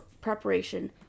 preparation